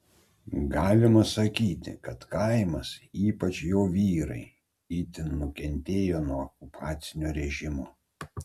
galima sakyti kad kaimas ypač jo vyrai itin nukentėjo nuo okupacinio režimo